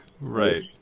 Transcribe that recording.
Right